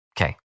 Okay